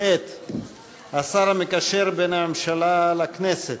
את השר המקשר בין הממשלה לבין הכנסת,